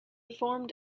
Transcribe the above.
formed